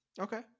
Okay